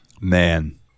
Man